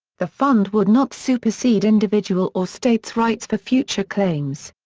the fund would not supersede individual or state's rights for future claims.